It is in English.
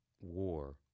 war